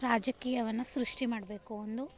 ರಾಜಕೀಯವನ್ನು ಸೃಷ್ಟಿ ಮಾಡಬೇಕು ಒಂದು